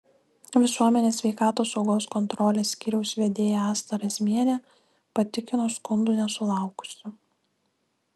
visuomenės sveikatos saugos kontrolės skyriaus vedėja asta razmienė patikino skundų nesulaukusi